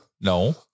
No